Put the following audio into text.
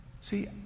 See